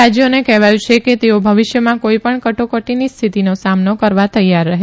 રાજયોને કહેવાયું છે કે તેઓ ભવિષ્યમાં કોઇપણ કટોકટીની સ્થિતિનો સામનો કરવા તૈયાર રહે